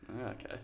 okay